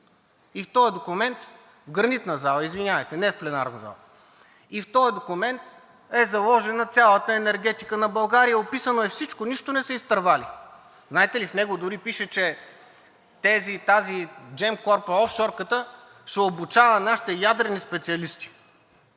и в този документ е заложена цялата енергетика на България, описано е всичко – нищо не са изтървали. Знаете ли, в него дори пише, че тази Gemcorp – офшорката, ще обучава нашите ядрени специалисти?!